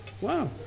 Wow